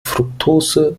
fruktose